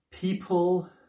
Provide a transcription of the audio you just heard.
People